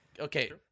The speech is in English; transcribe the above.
okay